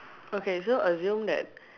okay so assume that